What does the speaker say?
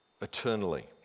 eternally